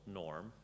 norm